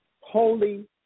holy